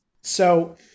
So-